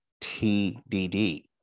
TDD